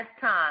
time